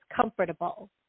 comfortable